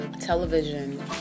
television